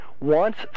wants